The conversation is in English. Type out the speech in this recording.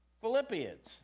Philippians